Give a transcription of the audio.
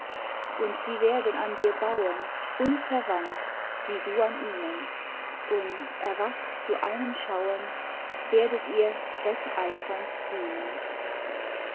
und sie werden an dir bauen unverwandt wie du an ihnen und erwacht zu einem schauen werdet ihr wetteifernd dienen